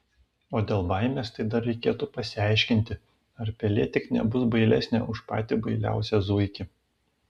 o dėl baimės tai dar reikėtų pasiaiškinti ar pelė tik nebus bailesnė už patį bailiausią zuikį